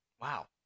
wow